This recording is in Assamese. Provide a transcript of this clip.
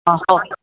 অঁ কওক